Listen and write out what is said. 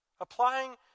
applying